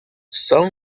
son